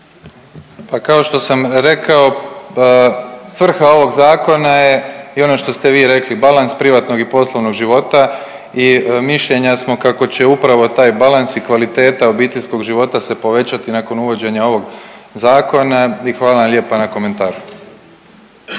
Pa kao što sam rekao, svrha ovog zakona je i ono što ste vi rekli balans privatnog i poslovnog života i mišljenja smo kako će upravo taj balans i kvaliteta obiteljskog života se povećati nakon uvođenja ovog zakona i hvala vam lijepa na komentaru.